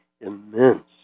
immense